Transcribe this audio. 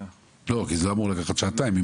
לא, כי זה אמור לקחת שעתיים.